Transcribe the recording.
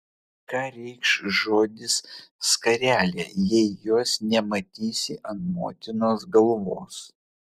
ką reikš žodis skarelė jei jos nematysi ant motinos galvos